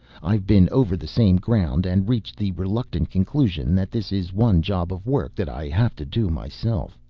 i've been over the same ground and reached the reluctant conclusion that this is one job of work that i have to do myself.